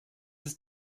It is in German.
ist